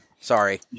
Sorry